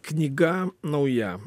knyga nauja